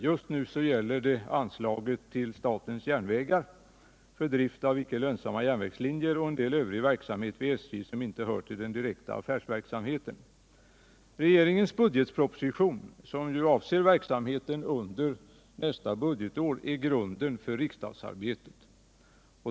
Just nu gäller det anslaget till statens järnvägar för drift av icke lönsamma järnvägslinjer och en del övrig verksamhet vid SJ som inte hör till den direkta affärsverksamheten. Regeringens budgetproposition, som ju avser verksamheten under nästa budgetår, är grunden för riksdagsarbetet.